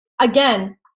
again